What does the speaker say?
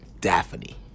Daphne